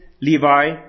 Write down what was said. Levi